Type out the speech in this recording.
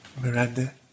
miranda